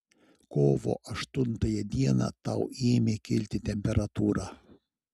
kovo aštuntąją dieną tau ėmė kilti temperatūra